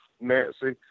Nancy